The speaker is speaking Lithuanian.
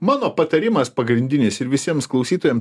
mano patarimas pagrindinis ir visiems klausytojams